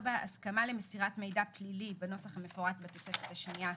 הסכמה למסירת מידע פלילי בנוסח המפורט בתוספת השנייה.